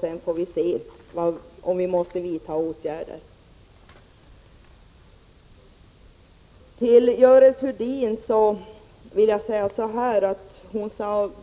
Sedan får vi se om vi måste vidta åtgärder. Görel Thurdin sade